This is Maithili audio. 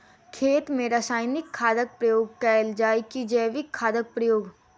खेत मे रासायनिक खादक प्रयोग कैल जाय की जैविक खादक प्रयोग?